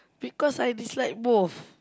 because I dislike both